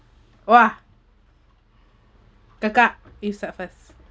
!wah! kakak you start first